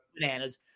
bananas